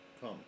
come